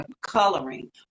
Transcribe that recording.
Coloring